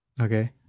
Okay